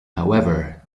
however